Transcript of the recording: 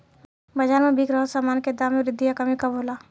बाज़ार में बिक रहल सामान के दाम में वृद्धि या कमी कब होला?